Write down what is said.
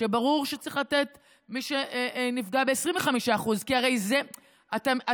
כשברור שצריך לתת למי שנפגע ב-25% הרי אתם